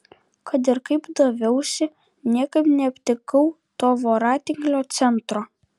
kad ir kaip daviausi niekaip neaptikau to voratinklio centro